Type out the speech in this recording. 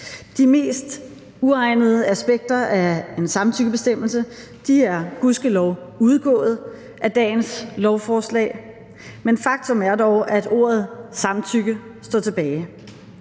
De mest uegnede aspekter af en samtykkebestemmelse er gudskelov udgået af dagens lovforslag. Men faktum er dog, at ordet samtykke står tilbage.